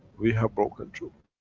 we have broken through.